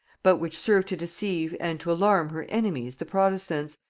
but which served to deceive and to alarm her enemies the protestants,